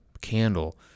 candle